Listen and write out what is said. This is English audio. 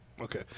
Okay